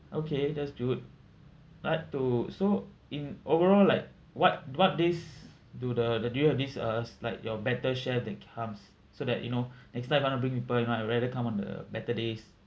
okay that's good I'd like to so in overall like what what days do the the do you have this uh like your better chef that comes so that you know next time I want to bring people you know I'll rather come on the better days